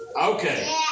Okay